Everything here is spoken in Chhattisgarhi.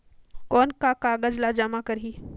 कौन का कागज ला जमा करी?